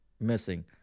missing